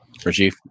Rajiv